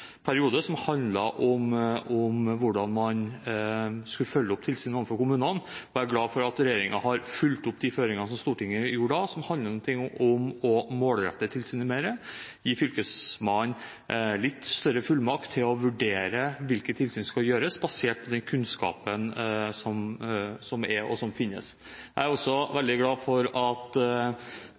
som handlet om hvordan man skulle følge opp tilsyn overfor kommunene, og jeg er glad for at regjeringen har fulgt opp de føringene som Stortinget gjorde da, som handlet om å målrette tilsynet mer og om å gi Fylkesmannen litt større fullmakt til å vurdere hvilke tilsyn som skal føres, basert på den kunnskapen som finnes. Jeg er også veldig glad for at